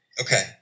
Okay